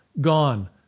gone